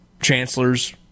chancellors